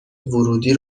ورودی